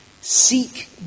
Seek